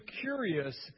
curious